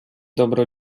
dobro